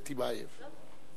זה טיבייב.